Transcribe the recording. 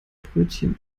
brötchen